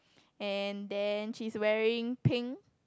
and then she is wearing pink